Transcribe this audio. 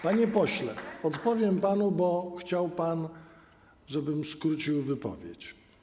Panie pośle, odpowiem panu, bo chciał pan, żebym skrócił wypowiedź.